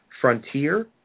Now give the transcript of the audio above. Frontier